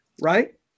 Right